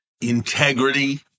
integrity